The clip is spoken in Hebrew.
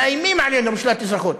מאיימים עלינו בשלילת אזרחות.